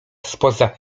spoza